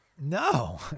No